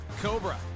cobra